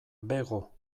bego